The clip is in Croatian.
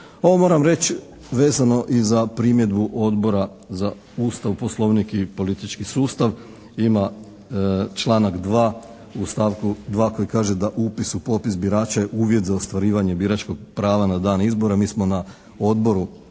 Ovo moram reći vezano i za primjedbu Odbora za Ustav, poslovnik i politički sustav. Ima članak 2. u stavku 2. koji kaže da upis u popis birača je uvjet za ostvarivanje biračkog prava na dan izbora. Mi smo na odboru